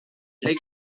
les